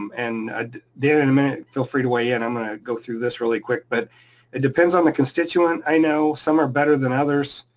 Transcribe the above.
um and ah dan, in a minute, feel free to weigh in, and i'm gonna go through this really quick, but it depends on the constituent, i know some are better than others,